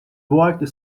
walked